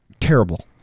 Terrible